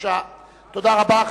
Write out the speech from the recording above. תודה רבה.